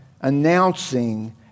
announcing